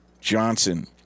Johnson